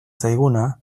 zaiguna